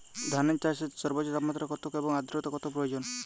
ধান চাষে সর্বোচ্চ তাপমাত্রা কত এবং আর্দ্রতা কত প্রয়োজন?